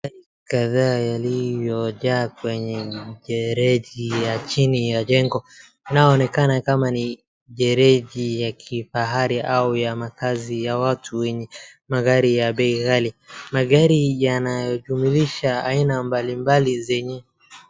Magari kadhaa yaliyojaa kwenye gereji ya chini ya jengo. Inaonekana kama ni gereji ya kifahari au ya makazi ya watu wenye magari ya bei ghali. Magari yanajumlisha aina mbalimbali zenye.